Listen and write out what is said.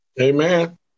Amen